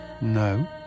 No